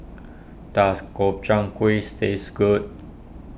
does Gobchang Guis taste good